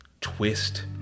twist